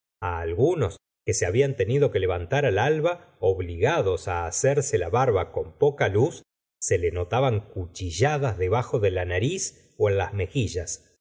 algunos que se habían tenido que levantar al alba obligados hacerse la barba con poca luz se les notaban cuchilladas debajo de la nariz en las mejillas